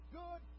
good